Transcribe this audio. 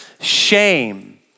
shame